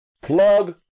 Plug